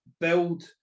build